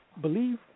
believe